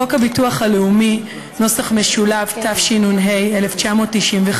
חוק הביטוח הלאומי , התשנ"ה 1995,